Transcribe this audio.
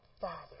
Father